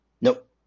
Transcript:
Nope